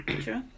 True